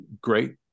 great